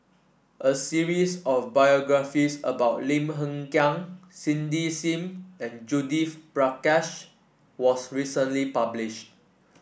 a series of biographies about Lim Hng Kiang Cindy Sim and Judith Prakash was recently published